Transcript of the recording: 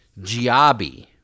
Giabi